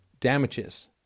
damages